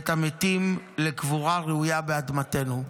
ואת המתים לקבורה ראויה באדמתנו".